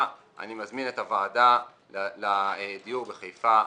אני מזמין את הוועדה לדיור בחיפה,